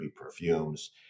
perfumes